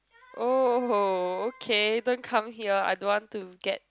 oh okay don't come here I don't want to get